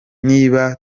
niba